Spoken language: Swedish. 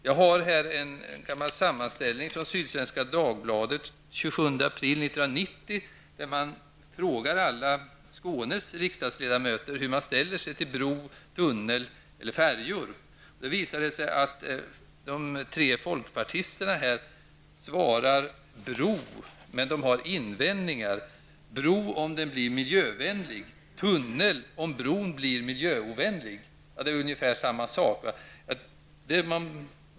Jag har med mig en sammanställning från Sydsvenska Dagbladet den 27 april 1990, där man har frågat alla Skånes riksdagsledamöter hur de ställer sig till bro, tunnel eller färjor. Det har visat sig att de tre folkpartisterna har svarat: Bro. Men de har invändningar: Bro om den blir miljövänlig, tunnel om bron blir miljöovänlig. Det är ungefär samma sak.